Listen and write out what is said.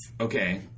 Okay